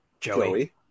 Joey